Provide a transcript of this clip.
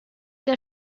der